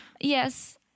yes